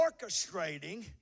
orchestrating